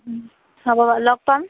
হ'ব বাৰু লগ পাম